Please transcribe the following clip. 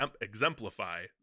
exemplify